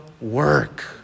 work